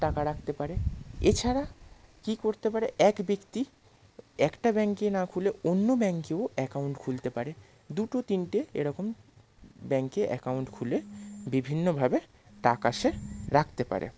টাকা রাখতে পারে এছাড়া কী করতে পারে এক ব্যক্তি একটা ব্যাঙ্কে না খুলে অন্য ব্যাঙ্কেও অ্যাকাউন্ট খুলতে পারে দুটো তিনটে এরকম ব্যাঙ্কে অ্যাকাউন্ট খুলে বিভিন্নভাবে টাকা সে রাখতে পারে